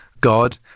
God